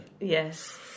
Yes